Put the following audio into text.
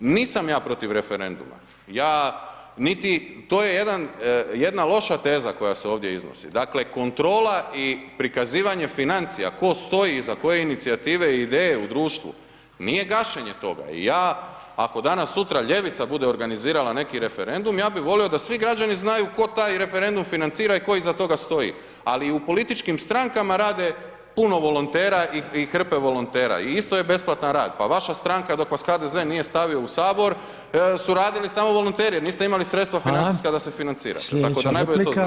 Nit sam ja protiv referenduma, ja, niti, to je jedan, jedna loša teza koja se ovdje iznosi, dakle, kontrola i prikazivanje financija tko stoji iza koje inicijative i ideje u društvu, nije gašenje toga, i ja, ako danas sutra ljevica bude organizirala neki referendum, ja bi volio da svi građani znaju tko taj referendum financira i tko iza toga stoji, ali i u političkim strankama radi puno volontera i hrpe volontera, i isto je besplatan rad, pa vaša stranka dok vas HDZ nije stavio u Sabor, su radili samo volonteri, niste imali sredstva financijska da se financirate, tako da najbolje to znate kako je.